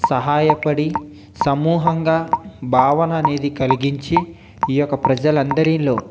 సహాయపడి సమూహంగా భావననేది కలిగించి ఈ యొక్క ప్రజలందరిలో